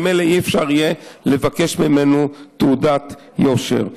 וממילא לא יהיה אפשר לבקש ממנו תעודת יושר.